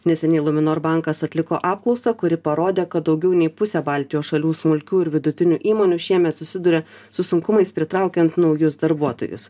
neseniai luminor bankas atliko apklausą kuri parodė kad daugiau nei pusė baltijos šalių smulkių ir vidutinių įmonių šiemet susiduria su sunkumais pritraukiant naujus darbuotojus